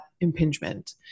impingement